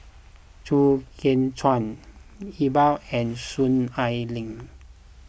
Chew Kheng Chuan Iqbal and Soon Ai Ling